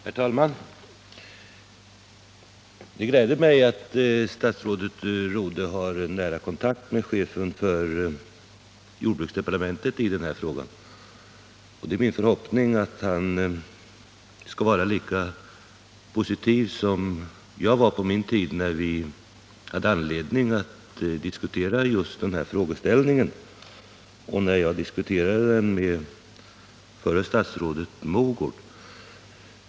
Herr talman! Det gläder mig att statsrådet Rodhe har nära kontakt med chefen för jordbruksdepartementet i den här frågan. Det är min förhoppning att han skall vara lika positiv som jag var på min tid när jag diskuterade den här frågeställningen med förra statsrådet Mogård.